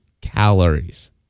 calories